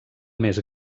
més